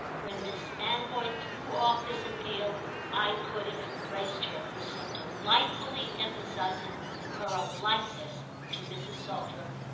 when miss anvoy threw off this appeal i could have embraced her for so delightfully emphasising her unlikeness to mrs. saltram.